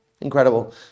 Incredible